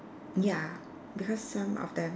ya because some of them